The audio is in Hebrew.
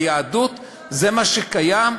ביהדות זה מה שקיים?